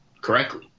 correctly